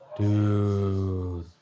Dude